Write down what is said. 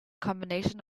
combination